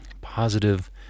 positive